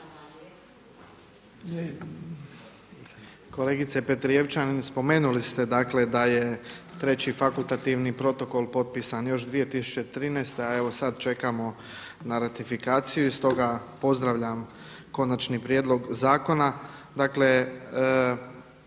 Kolegice Petrijevčanin, spomenuli ste dakle da je Treći fakultativni protokol potpisan još 2013. a evo sada čekamo na ratifikaciju i stoga pozdravljam konačni prijedlog zakona.